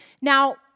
Now